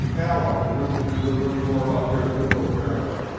alec, a group that you've been learning more about here at google apparently,